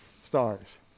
stars